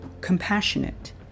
compassionate